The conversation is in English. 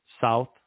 south